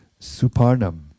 suparnam